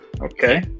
okay